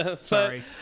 Sorry